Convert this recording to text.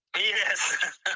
Yes